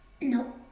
No